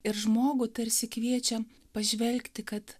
ir žmogų tarsi kviečia pažvelgti kad